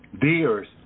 Deers